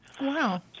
Wow